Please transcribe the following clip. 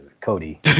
Cody